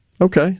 Okay